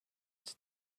its